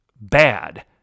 bad